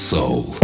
Soul